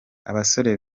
abasore